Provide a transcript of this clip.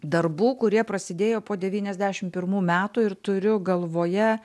darbų kurie prasidėjo po devyniasdešim pirmų metų ir turiu galvoje